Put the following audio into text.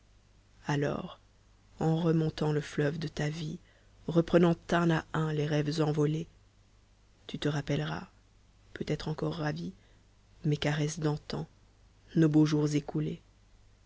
alors en remontant le fleuve de ta vie reprenant un à un les rêves envolés tu te rappelleras peut-être encor ravie mes caresses d'antan nos beaux jours écoulés